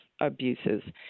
abuses